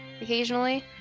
occasionally